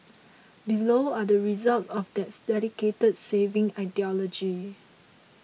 below are the results of that dedicated saving ideology